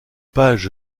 page